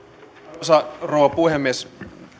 arvoisa rouva puhemies